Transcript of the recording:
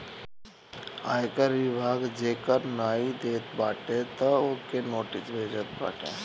आयकर विभाग जे कर नाइ देत बाटे तअ ओके नोटिस भेजत बाटे